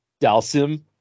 Dalsim